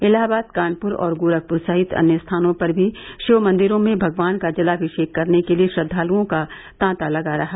इलाहाबाद कानपुर और गोरखपुर सहित अन्य स्थानों पर भी शिव मंदिरों में भगवान का जलाभिषेक करने के लिए श्रद्वालुओं का तांता लगा रहा